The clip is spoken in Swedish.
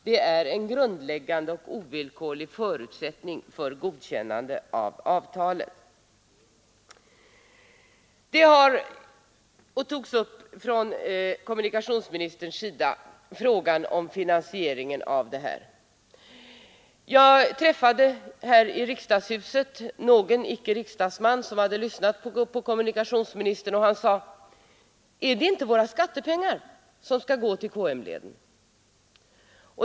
Det är en grundläggande och ovillkorlig förutsättning för godkännande av avtalet. Kommunikationsministern tog upp frågan om finansieringen. Jag träffade här i riksdagshuset en person som icke var riksdagsman men som hade lyssnat på kommunikationsministern, och han sade: Är det inte våra skattepengar som skall gå till KM-leden?